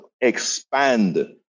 expand